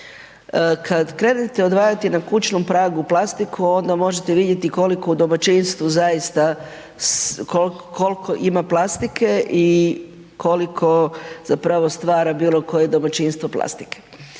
Kad krenete odvajati na kućnom pragu plastiku onda možete vidjeti koliko u domaćinstvu zaista kolko ima plastike i koliko zapravo stvara bilo koje domaćinstvo plastike.